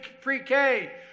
pre-K